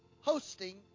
Hosting